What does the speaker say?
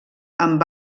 amb